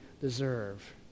deserve